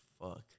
Fuck